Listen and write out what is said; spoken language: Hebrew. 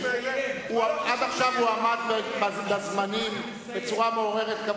עד עכשיו הוא עמד בזמנים בצורה מעוררת כבוד.